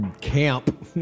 camp